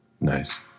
Nice